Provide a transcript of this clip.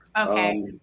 Okay